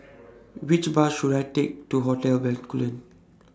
Which Bus should I Take to Hotel Bencoolen